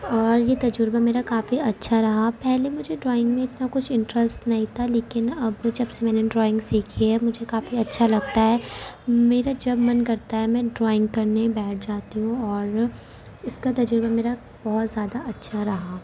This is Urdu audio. اور یہ تجربہ میرا کافی اچھا رہا پہلے مجھے ڈرائنگ میں اتنا کچھ انٹرسٹ نہیں تھا لیکن اب جب سے میں نے ڈرائنگ سیکھی ہے مجھے کافی اچھا لگتا ہے میرا جب من کرتا ہے میں ڈرائنگ کرنے بیٹھ جاتی ہوں اور اس کا تجربہ میرا بہت زیادہ اچھا رہا